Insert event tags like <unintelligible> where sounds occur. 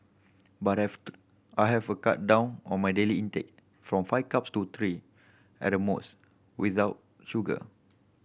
but I've <unintelligible> I have a cut down on my daily intake from five cups to three at the most without sugar